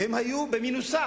והם היו במנוסה.